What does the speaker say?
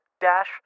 Dash